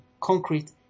concrete